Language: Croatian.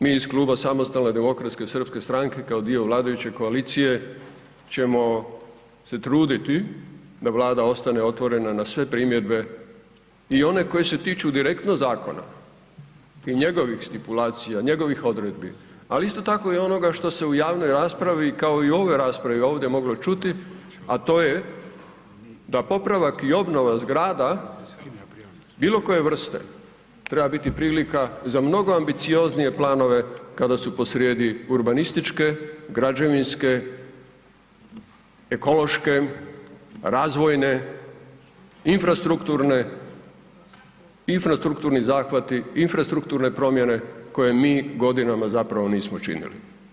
Mi iz Kluba SDSS-a kao dio vladajuće koalicije ćemo se truditi da vlada ostane otvorena na sve primjedbe i one koje se tiču direktno zakona i njegovih stipulacija, njegovih odredbi, ali isto tako i onoga što se u javnoj raspravi kao i u ovoj raspravi ovdje moglo čuti, a to je da popravak i obnova zgrada bilo koje vrste treba biti prilika za mnogo ambicioznije planove kada su posrijedi urbanističke, građevinske, ekološke, razvojne, infrastrukturne, infrastrukturni zahvati, infrastrukturne promjene koje mi godinama zapravo nismo činili.